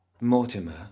Mortimer